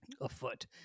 afoot